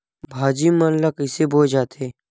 भाजी मन ला कइसे बोए जाथे?